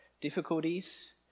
difficulties